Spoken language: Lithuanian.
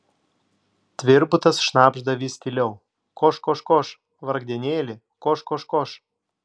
tvirbutas šnabžda vis tyliau koš koš koš vargdienėli koš koš koš